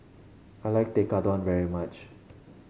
I like Tekkadon very much